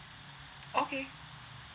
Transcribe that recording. okay